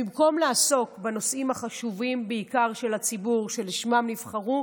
במקום לעסוק בנושאים החשובים בעיקר לציבור שלשמם נבחרו,